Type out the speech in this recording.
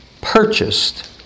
purchased